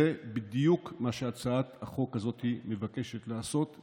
זה בדיוק מה שהצעת החוק הזאת מבקשת לעשות.